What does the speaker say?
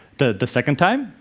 the the second time,